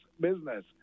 business